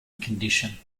condition